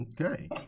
okay